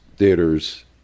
Theaters